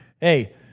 hey –